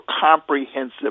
comprehensive